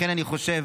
אני חושב